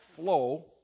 flow